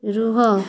ରୁହ